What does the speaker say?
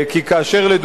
כי כאשר,